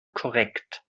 korrekt